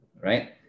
right